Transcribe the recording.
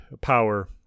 power